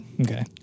Okay